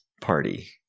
party